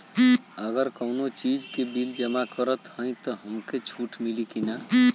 अगर कउनो चीज़ के बिल जमा करत हई तब हमके छूट मिली कि ना?